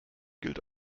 gilt